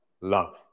Love